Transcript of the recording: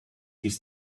his